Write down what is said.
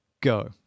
go